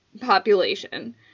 population